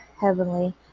heavenly